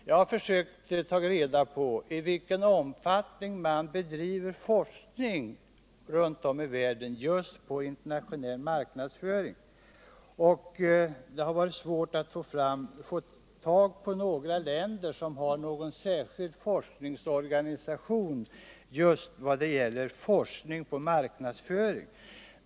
Jag har försökt ta reda på I vilken omfattning man bedriver forskning runt om i världen just om internationell marknadsföring. Det har varit svårt att hitta länder som har en särskild forskningsorganisation när det gäller marknadsföring.